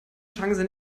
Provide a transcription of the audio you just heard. chance